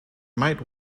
might